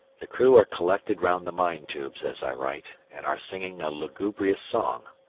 the crew are collected round the mine-tubes as i write, and are singing a lugubrious song,